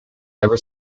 ever